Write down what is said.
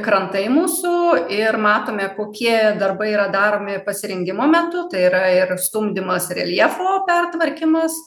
krantai mūsų ir matome kokie darbai yra daromi pasirengimo metu tai yra ir stumdymas reljefo pertvarkymas